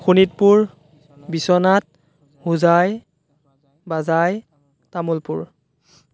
শোণিতপুৰ বিশ্বনাথ হোজাই বাজাই তামোলপুৰ